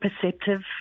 perceptive